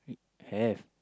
have